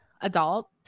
adult